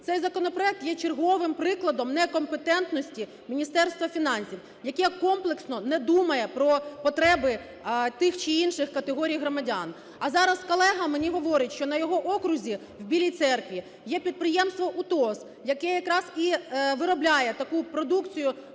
Цей законопроект є черговим прикладом некомпетентності Міністерства фінансів, яке комплексно не думає про потреби тих чи інших категорій громадян. А зараз колега мені говорить, що на його окрузі в Білій Церкві є підприємство "УТОС", яке якраз і виробляє таку продукцію: